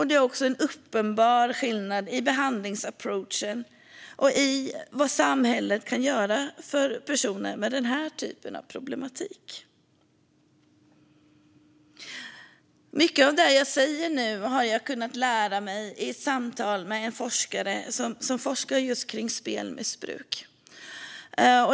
Det är också en uppenbar skillnad i behandlingsapproachen och i vad samhället kan göra för personer med den här typen av problematik. Mycket av det jag nu säger har jag fått lära mig i samtal med en forskare inom spelmissbruk.